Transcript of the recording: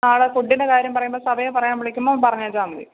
നാളെ ഫുഡിൻ്റെ കാര്യം പറയുമ്പോൾ സമയം പറയാൻ വിളിക്കുമ്പോൾ പറഞ്ഞാൽ മതി